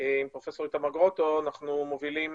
עם פרופ' גרוטו, אנחנו מובילים